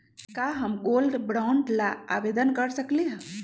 का हम gold bond ला आवेदन कर सकली ह?